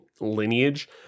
lineage